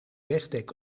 wegdek